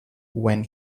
when